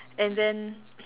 and then